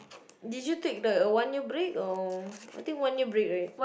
did you take the a one year break or I think one year break right